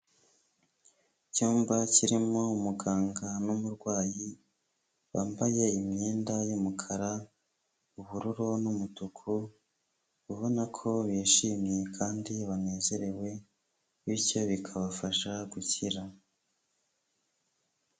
Icyumba kirimo umuganga n'umurwayi bambaye imyenda y'umukara ubururu n'umutuku ubona ko bishimye kandi banezerewe bityo bikabafasha gukira.